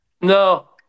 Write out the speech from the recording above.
No